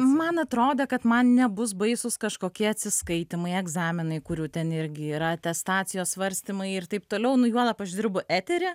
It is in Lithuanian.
man atrodė kad man nebus baisūs kažkokie atsiskaitymai egzaminai kurių ten irgi yra atestacijos svarstymai ir taip toliau nu juolab aš dirbu etery